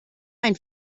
ein